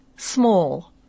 Small